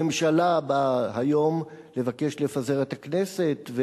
הממשלה באה היום לבקש לפזר את הכנסת,